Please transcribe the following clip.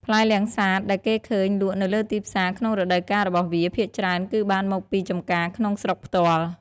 ផ្លែលាំងសាតដែលគេឃើញលក់នៅលើទីផ្សារក្នុងរដូវកាលរបស់វា ភាគច្រើនគឺបានមកពីចម្ការក្នុងស្រុកផ្ទាល់។